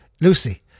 Lucy